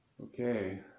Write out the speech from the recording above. okay